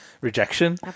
rejection